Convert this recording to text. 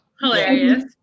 Hilarious